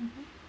mmhmm